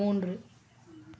மூன்று